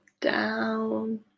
down